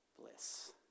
bliss